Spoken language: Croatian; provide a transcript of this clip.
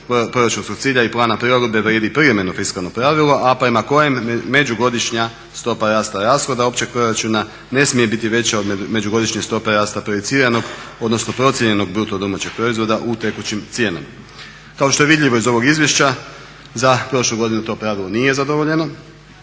proračunskog cilja i plana prilagodbe vrijedi privremeno fiskalno pravilo a prema kojem međugodišnja stopa rasta rashoda općeg proračuna ne smije biti veća od međugodišnje stope rasta projiciranog, odnosno procijenjenog BDP-a u tekućim cijenama. Kao što je vidljivo iz ovog izvješća za prošlu godinu to pravilo nije zadovoljeno,